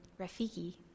Rafiki